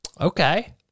Okay